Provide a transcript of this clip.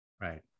Right